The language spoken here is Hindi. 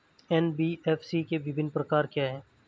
एन.बी.एफ.सी के विभिन्न प्रकार क्या हैं?